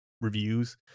reviews